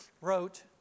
wrote